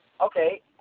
Okay